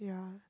yeah